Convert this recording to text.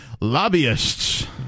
lobbyists